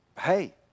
hey